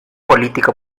político